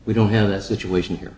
we don't have that situation here